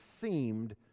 seemed